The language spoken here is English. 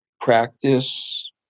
practice